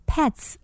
Pets